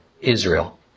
Israel